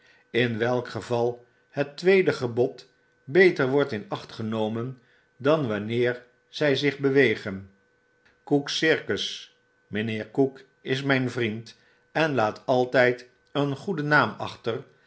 in welk geval het tweede gebod beter wordt in acht genomen dan wanneer zij zich bewegen cook's circus mijnheer cook is mijn vriend en laat altijd een goeden naam achter